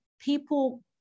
people